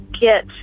get